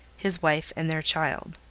his wife, and their child.